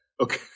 Okay